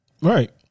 Right